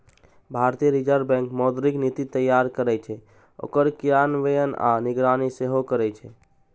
भारतीय reserve bank मौद्रिक नीति तैयार करै छै, ओकर क्रियान्वयन आ निगरानी सेहो करै छै